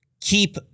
keep